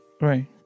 Right